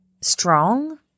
strong